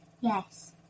Yes